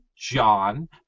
John